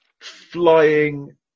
flying